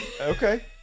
Okay